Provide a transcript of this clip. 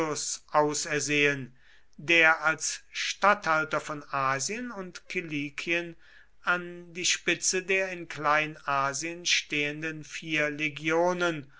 ausersehen der als statthalter von asien und kilikien an die spitze der in kleinasien stehenden vier legionen